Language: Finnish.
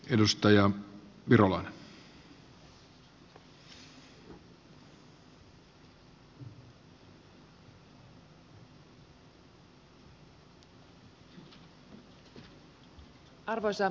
arvoisa herra puhemies